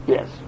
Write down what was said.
Yes